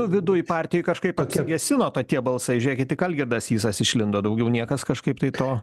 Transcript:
o viduj partijoj kažkaip atsigesino ta tie balsai žiūrėkit tik algirdas sysas išlindo daugiau niekas kažkaip tai to